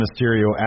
Mysterio